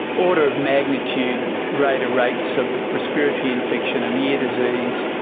order of magnitude greater rates of respiratory infection and ear disease,